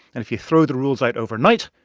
and if you throw the rules out overnight,